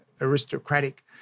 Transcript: aristocratic